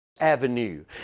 avenue